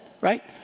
right